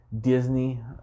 Disney